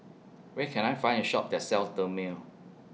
Where Can I Find A Shop that sells Dermale